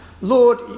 Lord